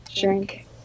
drink